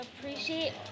appreciate